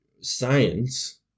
science